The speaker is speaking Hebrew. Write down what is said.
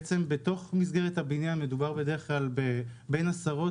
במסגרת הבניין מדובר בדרך כלל על בין עשרות